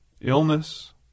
illness